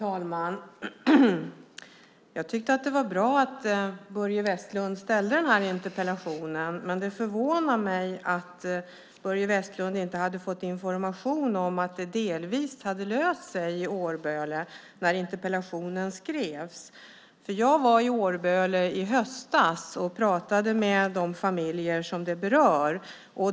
Fru talman! Jag tyckte att det var bra att Börje Vestlund ställde interpellationen. Men det förvånar mig att Börje Vestlund inte hade fått information om att det delvis hade löst sig i Årböle när interpellationen skrevs. Jag var i Årböle i höstas och pratade med de familjer detta berör.